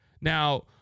Now